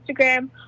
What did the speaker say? Instagram